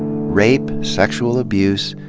rape, sexual abuse,